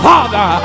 Father